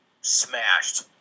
smashed